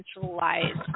centralized